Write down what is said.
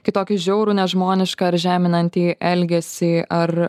kitokį žiaurų nežmonišką ar žeminantį elgesį ar